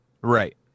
Right